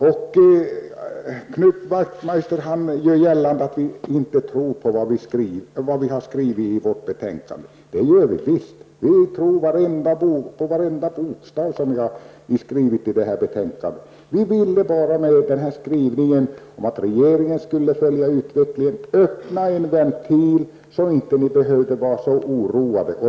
Knut Wachtmeister gör gällande att vi inte tror på vad vi har skrivit i betänkandet. Det gör vi visst. Vi tror på varenda bokstav som vi har skrivit i betänkandet. Vi vill med skrivningen att regeringen skall följa utvecklingen och öppna en ventil så att ni inte skall behöva vara så oroade.